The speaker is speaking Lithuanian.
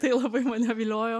tai labai mane viliojo